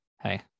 Hey